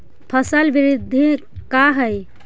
फसल वृद्धि का है?